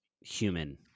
human